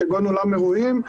אולם אירועים,